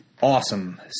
awesome